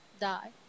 die